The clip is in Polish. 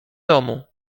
domu